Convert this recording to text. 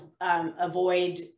avoid